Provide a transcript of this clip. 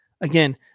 Again